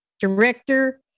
director